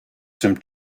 some